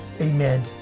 Amen